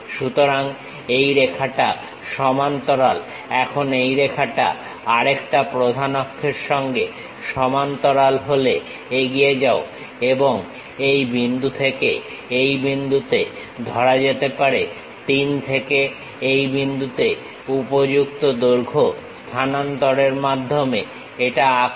সুতরাং এই রেখাটা সমান্তরাল এখন এই রেখাটা আরেকটা প্রধান অক্ষের সঙ্গে সমান্তরাল হলে এগিয়ে যাও এবং এই বিন্দু থেকে এই বিন্দুতে ধরা যেতে পারে 3 থেকে এই বিন্দুতে উপযুক্ত দৈর্ঘ্য স্থানান্তরের মাধ্যমে এটা আঁকো